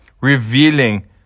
revealing